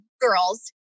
girls